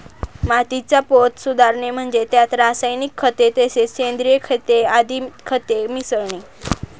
मातीचा पोत सुधारणे म्हणजे त्यात रासायनिक खते तसेच सेंद्रिय खते आदी खते मिसळणे